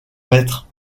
maître